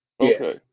Okay